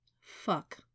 Fuck